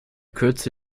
kürze